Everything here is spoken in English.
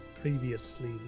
previously